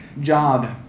job